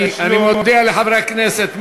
אני מודיע לחברי הכנסת,